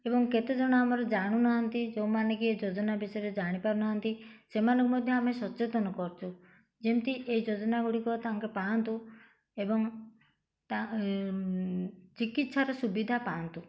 ଏବଂ କେତେଜଣ ଆମର ଜାଣୁନାହାନ୍ତି ଯେଉଁମାନେକି ଏ ଯୋଜନା ବିଷୟରେ ଜାଣିପାରୁନାହାନ୍ତି ସେମାନଙ୍କୁ ମଧ୍ୟ ଆମେ ସଚେତନ କରୁଛୁ ଯେମିତି ଏ ଯୋଜନା ଗୁଡ଼ିକ ତାଙ୍କେ ପାଆନ୍ତୁ ଏବଂ ଚିକିତ୍ସାର ସୁବିଧା ପାଆନ୍ତୁ